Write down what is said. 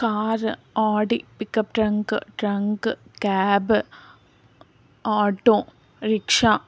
car Audi pickup truck truck cab auto rickshaw